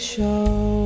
Show